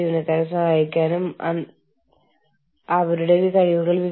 ആഗോള ബന്ധങ്ങളിലെ വ്യവഹാര അപകടസാധ്യതകൾ